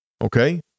Okay